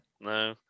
No